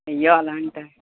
అయ్యో అలా అంట